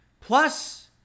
Plus